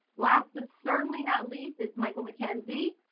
last but certainly not least, is michael mckenzie.